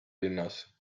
linnas